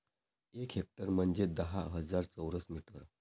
एक हेक्टर म्हंजे दहा हजार चौरस मीटर